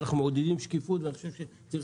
ואנחנו מעודדים שקיפות ואני חושב שצריך